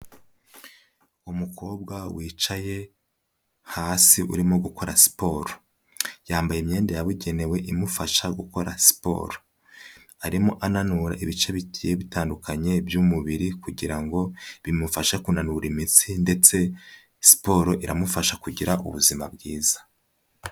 Umukobwa wicaye hasi urimo gukora siporo, yambaye imyenda yabugenewe imufasha gukora siporo, arimo ananura ibice bigiye bitandukanye by'umubiri kugira ngo bimufashe kunanura imitsi ndetse siporo iramufasha kugira ubuzima bwiza.